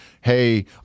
hey